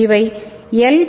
இவை எல்